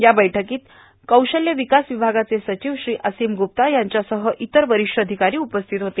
या बैठ्कीस कौशल्य विकास विभागाचे सचिव श्री असीम ग्रुप्ता यांच्यासह इतर वरिष्ठ अधिकारी उपस्थित होते